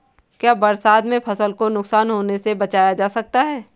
क्या बरसात में फसल को नुकसान होने से बचाया जा सकता है?